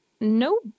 no